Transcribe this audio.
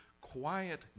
quiet